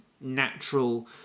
natural